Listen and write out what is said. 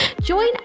Join